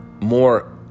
more